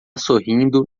sorrindo